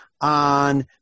on